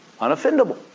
Unoffendable